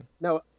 no